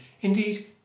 Indeed